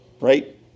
Right